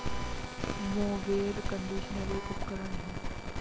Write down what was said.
mower conditioner एक उपकरण है